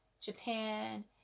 Japan